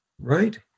right